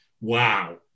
wow